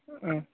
ಹಾಂ